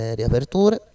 riaperture